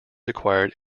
acquired